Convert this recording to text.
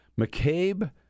McCabe